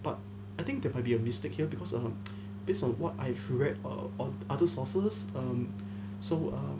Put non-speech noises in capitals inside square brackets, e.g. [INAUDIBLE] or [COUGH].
but I think there might be a mistake here because err [NOISE] based on what I've read err on other sources err mm so err